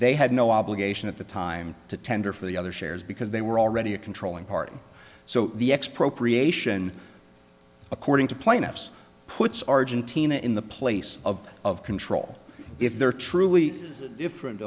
they had no obligation at the time to tender for the other shares because they were already a controlling party so the expropriation according to plaintiffs puts argentina in the place of of control if there are truly different